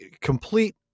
complete